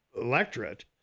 electorate